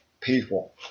people